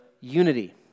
unity